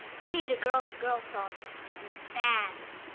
we need a girl-to-girl talk and fast.